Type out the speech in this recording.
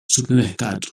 supermercado